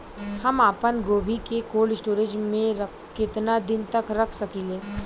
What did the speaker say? हम आपनगोभि के कोल्ड स्टोरेजऽ में केतना दिन तक रख सकिले?